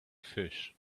fish